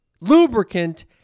Lubricant